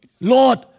Lord